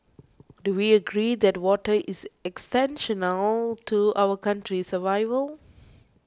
do we agree that water is existential to our country's survival